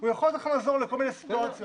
הוא יכול לעזור לכל מיני סיטואציות.